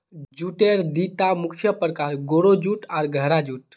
जूटेर दिता मुख्य प्रकार, गोरो जूट आर गहरा जूट